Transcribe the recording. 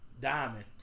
Diamond